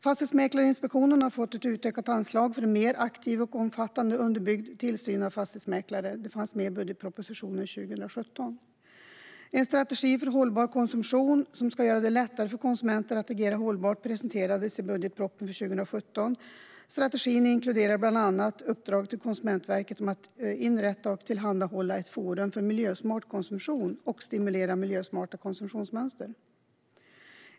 Fastighetsmäklarinspektionen har fått ett utökat anslag för en mer aktiv, omfattande och underbyggd tillsyn av fastighetsmäklare. Det fanns med i budgetpropositionen för 2017. En strategi för hållbar konsumtion som ska göra det lättare för konsumenter att agera hållbart presenterades i budgetpropositionen för 2017. Strategin inkluderar bland annat uppdrag till Konsumentverket att inrätta och tillhandahålla ett forum för miljösmart konsumtion och stimulera miljösmarta konsumtionsmönster.